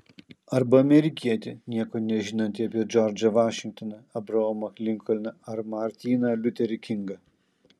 arba amerikietį nieko nežinantį apie džordžą vašingtoną abraomą linkolną ar martyną liuterį kingą